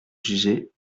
juger